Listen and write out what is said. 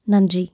நன்றி